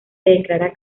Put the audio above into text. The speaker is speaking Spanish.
declaraba